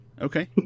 Okay